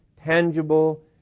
tangible